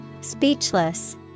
Speechless